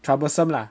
troublesome lah